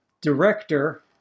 director